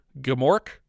Gamork